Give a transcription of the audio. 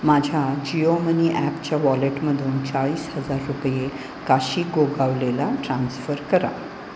माझ्या जिओ मनी ॲपच्या वॉलेटमधून चाळीस हजार रुपये काशी गोगावलेला ट्रान्स्फर करा